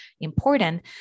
important